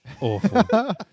Awful